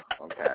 Okay